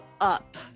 up